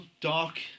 dark